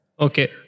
Okay